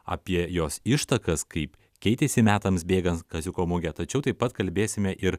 apie jos ištakas kaip keitėsi metams bėgant kaziuko mugė tačiau taip pat kalbėsime ir